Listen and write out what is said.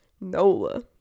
NOLA